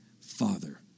Father